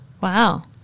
Wow